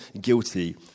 guilty